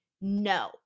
no